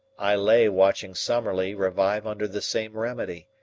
i lay watching summerlee revive under the same remedy,